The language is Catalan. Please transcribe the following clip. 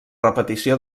repetició